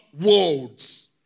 worlds